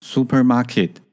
Supermarket